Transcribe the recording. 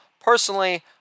Personally